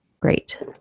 great